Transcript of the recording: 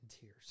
tears